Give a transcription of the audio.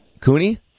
Cooney